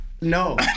No